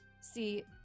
See